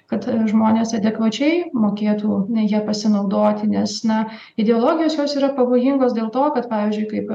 kad žmonės adekvačiai mokėtų ja pasinaudoti nes na ideologijos jos yra pavojingos dėl to kad pavyzdžiui kaip